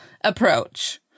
approach